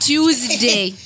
Tuesday